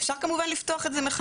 אפשר כמובן לפתוח את זה מחדש.